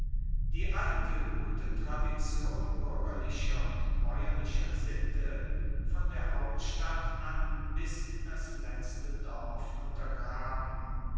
die alte gute tradition buergerlicher und baeuerlicher sitte von der hauptstadt an bis in das letzte dorf untergraben